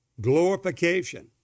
glorification